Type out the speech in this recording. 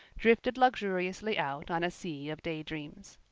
drifted luxuriously out on a sea of daydreams.